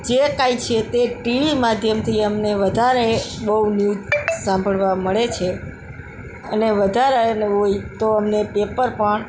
જે કાંઇ છે તે ટીવી માધ્યમથી અમને વધારે બહુ ન્યૂજ સાંભળવા મળે છે અને વધારાના હોય તો અમને પેપર પણ